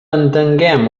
entenguem